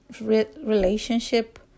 relationship